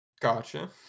Gotcha